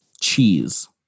Cheese